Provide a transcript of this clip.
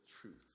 truth